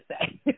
say